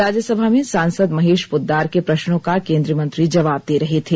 राज्य सभा में सांसद महेश पोद्दार के प्रश्नों का केंद्रीय मंत्री जवाब दे रहे थे